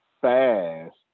fast